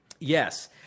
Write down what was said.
Yes